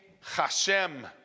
Hashem